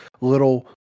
little